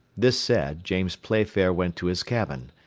this said, james playfair went to his cabin.